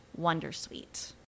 wondersuite